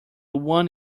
one